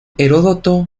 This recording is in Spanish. heródoto